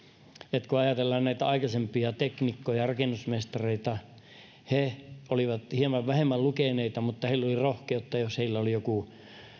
tästä kun ajatellaan näitä aikaisempia teknikkoja rakennusmestareita niin he olivat hieman vähemmän lukeneita mutta heillä oli rohkeutta jos heillä oli joku